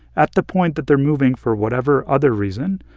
at the point that they're moving for whatever other reason,